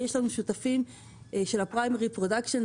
יש לנו שותפים של ה-Primary production ,